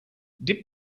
dip